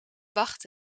wacht